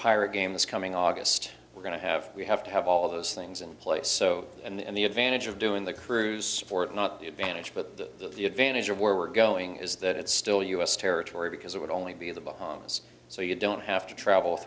pirate game this coming august we're going to have we have to have all of those things in place so and the advantage of doing the cruise support not the advantage but the advantage of where we're going is that it's still u s territory because it would only be in the bahamas so you don't have to travel